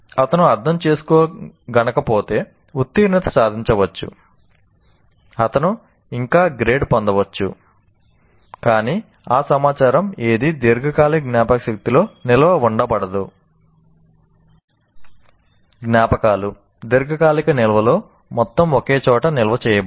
అతను అర్థం కనుగొనకపోతే ఉత్తీర్ణత సాధించవచ్చు అతను ఇంకా గ్రేడ్ పొందవచ్చు కాని ఆ సమాచారం ఏదీ దీర్ఘకాలిక జ్ఞాపకశక్తిలో నిల్వ చేయబడదు